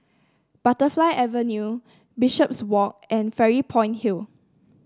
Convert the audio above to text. Butterfly Avenue Bishopswalk and Fairy Point Hill